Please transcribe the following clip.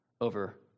over